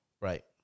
right